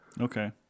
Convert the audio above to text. Okay